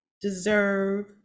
deserve